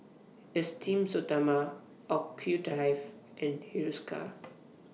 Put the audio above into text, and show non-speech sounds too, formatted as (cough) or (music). Esteem Stoma (unintelligible) and Hiruscar